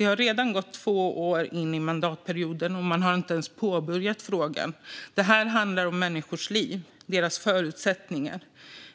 Det har redan gått två år in i mandatperioden, och man har inte ens påbörjat frågan. Det handlar om människors liv och deras förutsättningar.